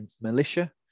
militia